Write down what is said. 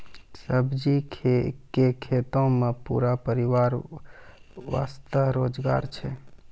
सब्जी के खेतों मॅ पूरा परिवार वास्तॅ रोजगार छै